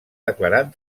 declarat